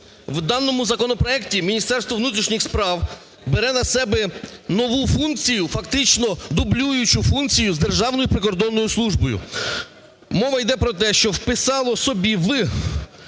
В даному законопроекті Міністерство внутрішніх справ бере на себе нову функцію, фактично дублюючу функцію з Державною прикордонною службою. Мова йде про те, що вписало собі в